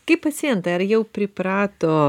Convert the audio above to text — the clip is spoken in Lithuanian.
kaip pacientai ar jau priprato